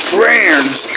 Brands